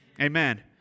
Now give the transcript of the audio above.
Amen